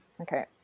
Okay